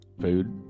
food